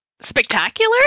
spectacular